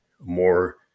more